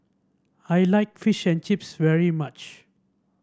I like Fish and Chips very much